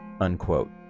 unquote